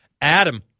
Adam